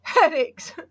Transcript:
headaches